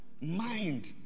mind